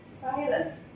Silence